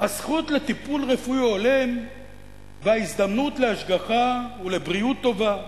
הזכות לטיפול רפואי הולם וההזדמנות להשגחה ולבריאות טובה,